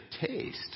taste